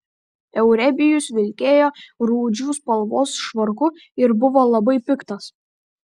euzebijus vilkėjo rūdžių spalvos švarku ir buvo labai piktas